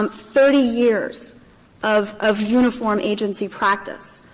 um thirty years of of uniform agency practice,